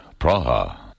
Praha